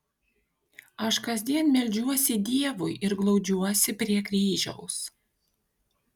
aš kasdien meldžiuosi dievui ir glaudžiuosi prie kryžiaus